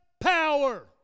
power